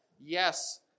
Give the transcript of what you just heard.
Yes